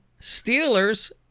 Steelers